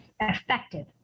effective